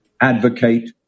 advocate